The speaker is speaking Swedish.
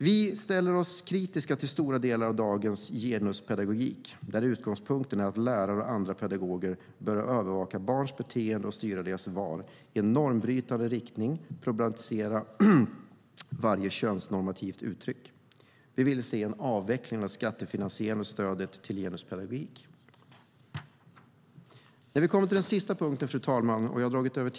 Vi ställer oss kritiska till stora delar av dagens genuspedagogik där utgångspunkten är att lärare och andra pedagoger bör övervaka barns beteende och styra deras val i en normbrytande riktning och problematisera varje könsnormativt uttryck. Vi vill se en avveckling av det skattefinansierade stödet till genuspedagogik. Fru talman! Den sista punkten gäller skolmaten.